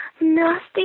nasty